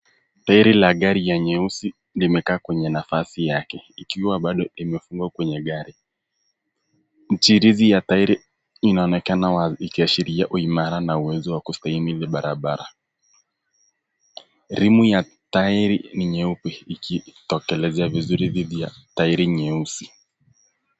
Tairi la gari ya nyeusi limekaa kwenye nafasi yake, ikiwa bado imefungwa kwenye gari. Mchirizi ya tairi inaonekana wazi ikiashiria uimara na uwezo wa kustahimili barabara. Rimu ya tairi ni nyeupe ikitokelezea vizuri dhidi ya tairi nyeusi.